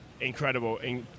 incredible